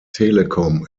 telecom